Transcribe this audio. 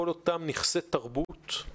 כל אותם נכסי תרבות,